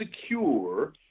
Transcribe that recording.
secure